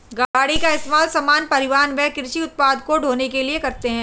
गाड़ी का इस्तेमाल सामान, परिवहन व कृषि उत्पाद को ढ़ोने के लिए करते है